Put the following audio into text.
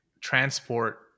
transport